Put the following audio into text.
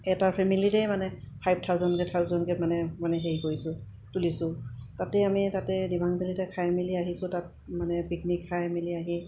এটা ফেমিলীতেই মানে ফাইভ থাউজেনকৈ থাউজেণ্ডকৈ মানে মানে হেৰি কৰিছোঁ তুলিছোঁ তাতেই আমি তাতে ডিমাংভেলীতে খাই মেলি আহিছোঁ তাত মানে পিকনিক খাই মেলি আহি